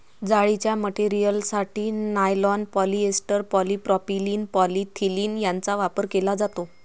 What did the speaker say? जाळीच्या मटेरियलसाठी nylon, polyester, polypropylene, polyethylene यांचा वापर केला जातो